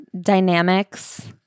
dynamics